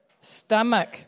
stomach